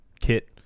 kit